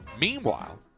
Meanwhile